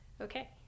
Okay